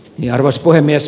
arvoisa puhemies